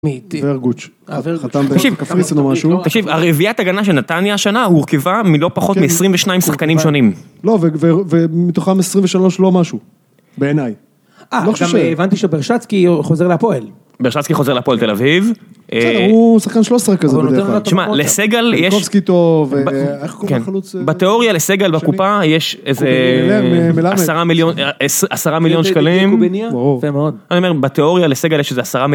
ורגוץ', חתם בקפריסין או משהו. תקשיב, הרביעיית הגנה של נתניה השנה הורכבה מלא פחות מ-22 שחקנים שונים. לא, ומתוכם 23 לא משהו, בעיניי. אה, גם הבנתי שברשצקי חוזר להפועל. ברשצקי חוזר להפועל תל אביב. כן, הוא שחקן שלוש עשרה כזה בדרך כלל. שמע, לסגל יש... אייטובסקי טוב, איך קוראים לחלוץ... בתיאוריה לסגל בקופה יש איזה עשרה מיליון שקלים. ברור. אני אומר, בתיאוריה לסגל יש איזה עשרה מיליון...